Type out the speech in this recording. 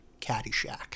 Caddyshack